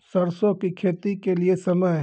सरसों की खेती के लिए समय?